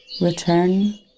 return